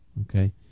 okay